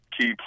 key